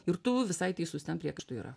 ir tu visai teisus ten priekaištų yra